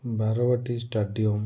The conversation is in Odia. ବାରବାଟି ଷ୍ଟାଡ଼ିୟମ